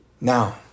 Now